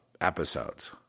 episodes